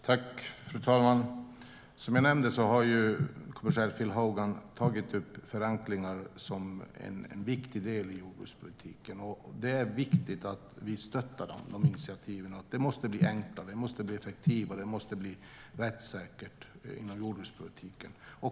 Fru talman! Som jag nämnde har kommissionär Phil Hogan tagit upp förenklingar som en viktig del i jordbrukspolitiken. Det är viktigt att vi stöttar dessa initiativ. Det måste bli enklare, effektivare och rättssäkert inom jordbrukspolitiken.